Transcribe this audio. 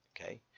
okay